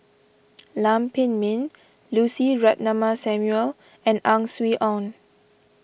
Lam Pin Min Lucy Ratnammah Samuel and Ang Swee Aun